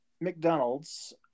McDonald's